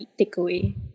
takeaway